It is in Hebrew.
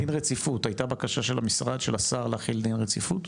האם היתה בקשה של המשרד ושל השר להחיל דין רציפות?